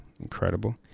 Incredible